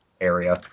area